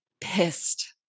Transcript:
pissed